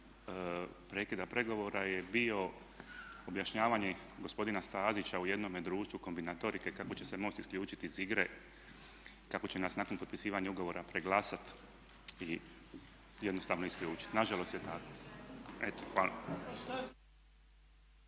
prekida pregovora je bio objašnjavanje gospodina Stazića u jednome društvu kombinatorike kako će se MOST isključiti iz igre, kako će nas nakon potpisivanja ugovora preglasat i jednostavno isključit. Nažalost je tako. Eto hvala.